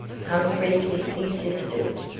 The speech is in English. humphrey kissed his sisters,